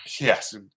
yes